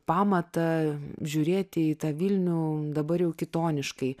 pamatą žiūrėti į tą vilnių dabar jau kitoniškai